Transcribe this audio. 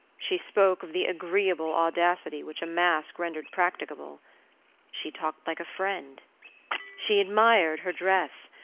she spoke of the agreeable audacity which a mask rendered practicable she talked like a friend she admired her dress,